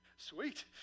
Sweet